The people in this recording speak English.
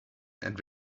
and